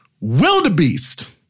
wildebeest